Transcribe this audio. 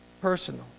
personal